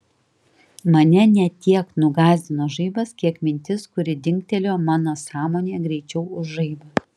mane ne tiek nugąsdino žaibas kiek mintis kuri dingtelėjo mano sąmonėje greičiau už žaibą